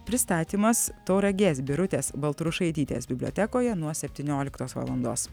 pristatymas tauragės birutės baltrušaitytės bibliotekoje nuo septynioliktos valandos